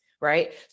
right